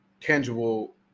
tangible